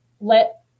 let